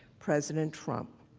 president trump.